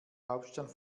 hauptstadt